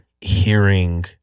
hearing